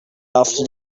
after